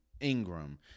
Ingram